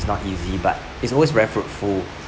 it's not easy but it's always very fruitful